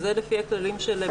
זה לפי הכללים של מקומות עבודה.